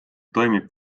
toimib